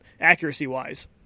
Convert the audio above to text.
accuracy-wise